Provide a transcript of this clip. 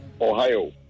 Ohio